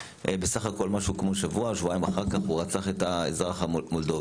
בסך הכול משהו כמו שבוע-שבועיים אחר כך הוא רצח את האזרח המולדובי.